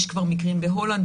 יש כבר מקרים בהולנד,